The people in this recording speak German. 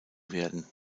werden